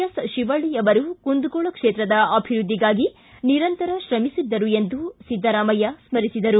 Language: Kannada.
ಎಸ್ ಶಿವಳ್ಳಿ ಅವರು ಕುಂದಗೋಳ ಕ್ಷೇತ್ರದ ಅಭಿವೃದ್ಧಿಗಾಗಿ ನಿರಂತರ ಶ್ರಮಿಸಿದ್ದರು ಎಂದು ಸಿದ್ದರಾಮಯ್ಯ ಸ್ಥರಿಸಿದರು